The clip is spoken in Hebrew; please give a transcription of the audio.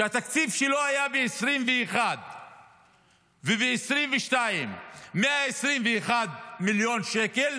שהתקציב שלו היה ב-2021 וב-2022 121 מיליון שקל,